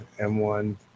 M1